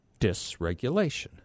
dysregulation